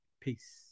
peace